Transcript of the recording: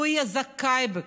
הוא יהיה זכאי לכך,